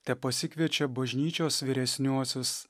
tepasikviečia bažnyčios vyresniuosius